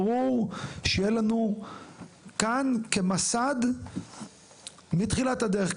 ברור שיהיה לנו כאן כמסד מתחילת הדרך,